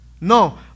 No